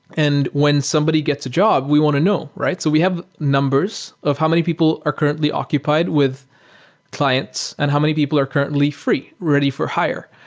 and when somebody gets a job, we want to know. so we have numbers of how many people are currently occupied with clients and how many people are currently free, ready for higher,